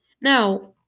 Now